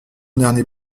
dernier